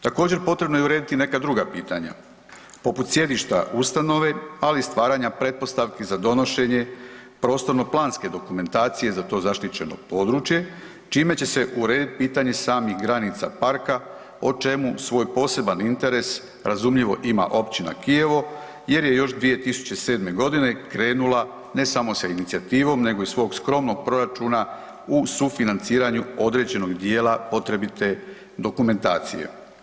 Također, potrebno je urediti i neka druga pitanja poput sjedišta ustanove, ali i stvaranja pretpostavki za donošenje prostorno-planske dokumentacije za to zaštićeno područje, čime će se urediti pitanje samih granica parka o čemu svoj poseban interes, razumljivo, ima općina Kijevo jer je još 2007. g. krenula, ne samo sa inicijativom, nego iz svog skromnog proračuna u sufinanciranju određenog dijela potrebite dokumentacije.